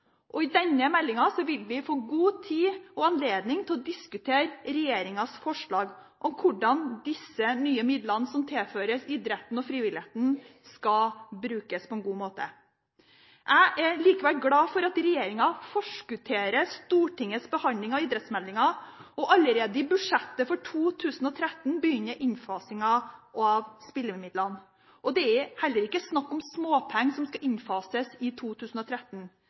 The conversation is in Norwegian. å diskutere regjeringens forslag til hvordan disse nye midlene som tilføres idretten og frivilligheten, skal brukes på en god måte. Jeg er likevel glad for at regjeringen forskutterer Stortingets behandling av idrettsmeldingen og allerede i budsjettet for 2013 begynner innfasingen av spillemidlene. Det er ikke snakk om småpenger som skal innfases i 2013,